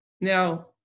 Now